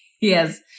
Yes